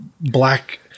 black